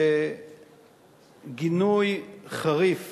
בגינוי חריף